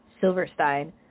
Silverstein